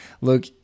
Look